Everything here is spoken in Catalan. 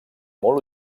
molt